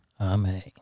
Amen